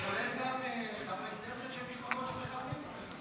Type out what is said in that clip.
זה כולל גם חברי כנסת שהם משפחות של מחבלים?